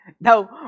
Now